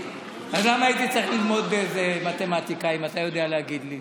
אז למה הייתי צריך ללמוד מתמטיקה אם אתה יודע להגיד לי?